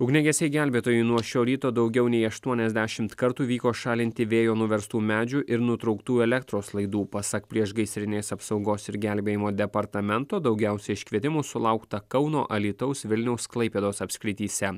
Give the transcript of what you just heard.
ugniagesiai gelbėtojai nuo šio ryto daugiau nei aštuoniasdešimt kartų vyko šalinti vėjo nuverstų medžių ir nutrauktų elektros laidų pasak priešgaisrinės apsaugos ir gelbėjimo departamento daugiausia iškvietimų sulaukta kauno alytaus vilniaus klaipėdos apskrityse